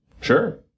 Sure